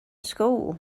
school